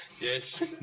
Yes